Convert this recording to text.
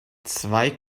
zwei